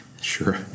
Sure